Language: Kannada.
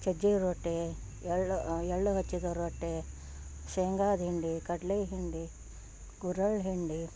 ಸಜ್ಜಿಗೆ ರೋಟಿ ಎಳ್ಳು ಎಳ್ಳು ಹಚ್ಚಿದ ರೊಟ್ಟಿ ಶೇಂಗಾದ ಹಿಂಡಿ ಕಡಲೆ ಹಿಂಡಿ ಗುರೆಳ್ಳು ಹಿಂಡಿ